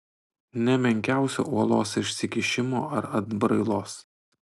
nė menkiausio uolos išsikišimo ar atbrailos